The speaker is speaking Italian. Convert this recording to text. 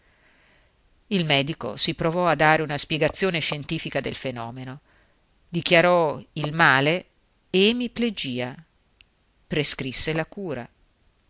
il medico si provò a dare una spiegazione scientifica del fenomeno dichiarò il male emiplegia prescrisse la cura